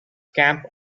camp